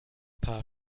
paar